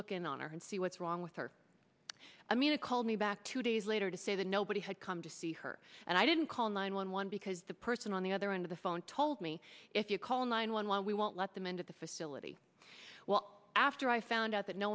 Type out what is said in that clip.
look in on her and see what's wrong with her i mean to call me back two days later to say that nobody had come to see her and i didn't call nine one one because the person on the other end of the phone told me if you call nine one one we won't let them into the facility well after i found out that no